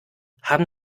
haben